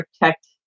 protect